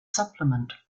supplement